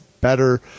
better